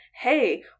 hey